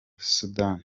sudani